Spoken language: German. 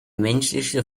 menschliche